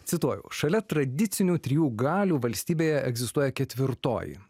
cituoju šalia tradicinių trijų galių valstybėje egzistuoja ketvirtoji